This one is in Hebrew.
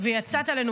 ויצאת עלינו,